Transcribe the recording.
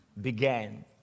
began